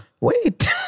Wait